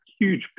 huge